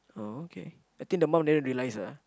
oh okay I think the mom never realise ah